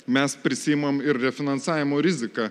mes prisiimam ir refinansavimo riziką